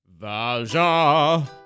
Valjean